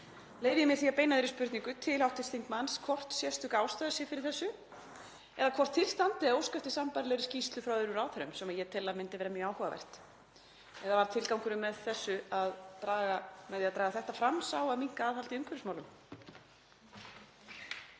Leyfi ég mér að beina þeirri spurningu til hv. þingmanns hvort sérstök ástæða sé fyrir þessu eða hvort til standi að óska eftir sambærilegri skýrslu frá öðrum ráðherrum, sem ég tel að myndi vera mjög áhugavert, eða var tilgangurinn með því að draga þetta fram sá að minnka aðhald í umhverfismálum?